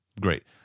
great